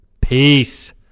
Peace